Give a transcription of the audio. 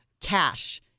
cash